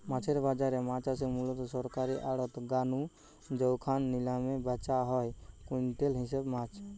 মাছের বাজারে মাছ আসে মুলত সরকারী আড়ত গা নু জউখানে নিলামে ব্যাচা হয় কুইন্টাল হিসাবে মাছ